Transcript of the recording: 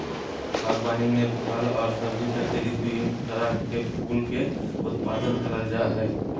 बागवानी में फल और सब्जी के अतिरिक्त विभिन्न तरह के फूल के उत्पादन करल जा हइ